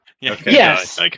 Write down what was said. Yes